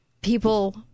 people